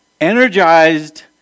energized